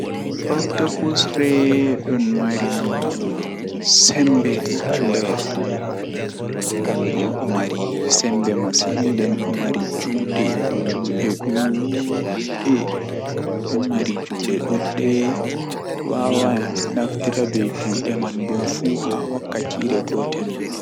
Octopus ree ɗum marii sembe harande yookam. Dum ɗo marii sembe masin nden ɗo marii juuɗe. Juuɗe ɗuɗɗee. Don marii juuɗe ɗuɗɗee. Wawaan nafti ra bee juuɗe man bo fuu haa wakka tii re gotel.